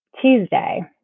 Tuesday